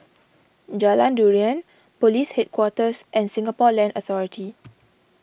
Jalan Durian Police Headquarters and Singapore Land Authority